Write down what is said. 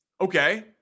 Okay